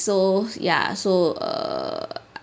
so ya so err